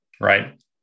right